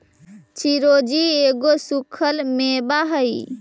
चिरौंजी एगो सूखल मेवा हई